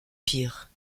pires